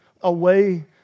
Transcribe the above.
away